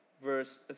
verse